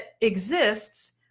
exists